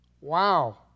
Wow